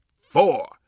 four